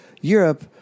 Europe